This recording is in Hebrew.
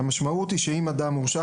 המשמעות היא שאם אדם הורשע,